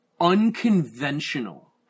unconventional